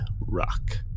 rock